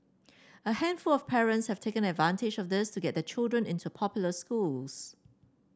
a handful of parents have taken advantage of this to get their children into popular schools